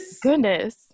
Goodness